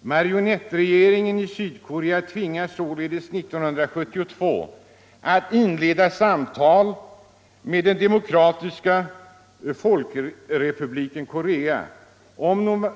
Marionettregeringen i Sydkorea tvingades — Bortdragande av således år 1972 att inleda samtal med Demokratiska folkrepubliken Korea — främmande